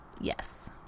Yes